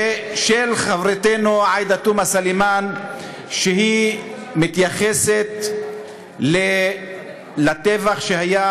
ושל חברתנו עאידה תומא סלימאן שמתייחסת לטבח שהיה